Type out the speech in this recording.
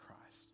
Christ